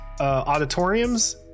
auditoriums